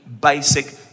basic